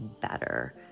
better